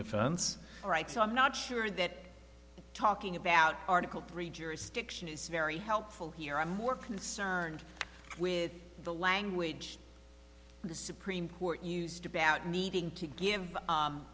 all right so i'm not sure that talking about article three jurisdiction is very helpful here i'm more concerned with the language the supreme court used about needing to give